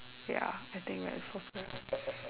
ya I think that is possible